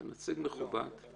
אתה נציג מכובד.